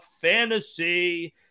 Fantasy